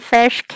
Fish